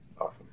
awesome